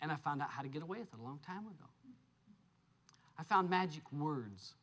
and i found out how to get away with a long time ago i found magic words